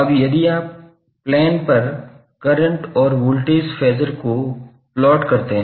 अब यदि आप प्लेन पर करंट और वोल्टेज फेजर को प्लॉट करते हैं